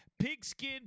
Pigskin